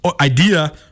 idea